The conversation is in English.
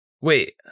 wait